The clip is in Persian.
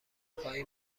پایی